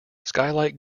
skylight